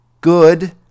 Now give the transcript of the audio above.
good